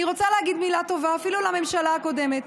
אני רוצה להגיד מילה טובה אפילו לממשלה הקודמת.